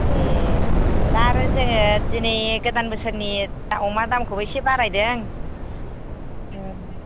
एह दा आरो जोङो दिनै गोदान बोसोरनि अमा दामखौबो एसे बारायदों उम